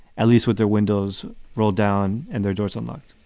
at least with their windows rolled down and their doors unlocked.